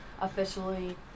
officially